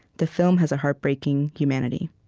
the film has a heartbreaking humanity.